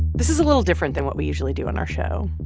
this is a little different than what we usually do on our show.